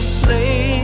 play